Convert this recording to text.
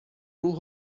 روح